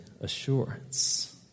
assurance